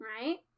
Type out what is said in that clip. right